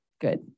Good